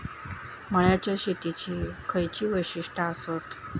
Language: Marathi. मळ्याच्या शेतीची खयची वैशिष्ठ आसत?